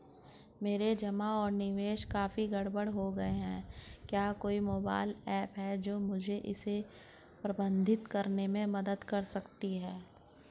मेरे जमा और निवेश अब काफी गड़बड़ हो गए हैं क्या कोई मोबाइल ऐप है जो मुझे इसे प्रबंधित करने में मदद कर सकती है?